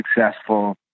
successful